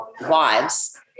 wives